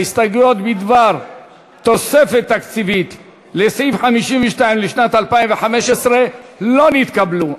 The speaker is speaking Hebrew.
ההסתייגויות בדבר תוספת תקציבית לסעיף 52 לשנת 2015 לא נתקבלו.